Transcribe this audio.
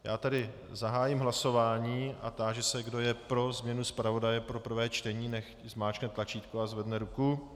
Já zahájím hlasování a táži se, kdo je pro změnu zpravodaje pro prvé čtení, nechť zmáčkne tlačítko a zvedne ruku.